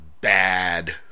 bad